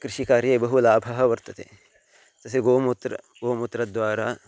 कृषिकार्ये बहु लाभः वर्तते तस्य गोमूत्रं गोमूत्रद्वारा